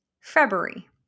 February